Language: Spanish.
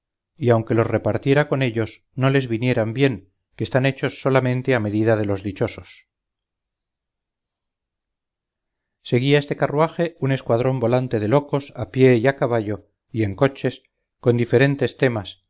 y aunque los repartiera con ellos no les vinieran bien que están hechos solamente a medida de los dichosos seguía este carruaje un escuadrón volante de locos a pie y a caballo y en coches con diferentes temas